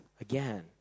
again